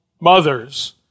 mothers